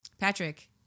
Patrick